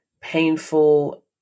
painful